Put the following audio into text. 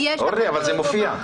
אורלי, אבל זה מופיע.